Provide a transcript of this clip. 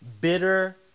bitter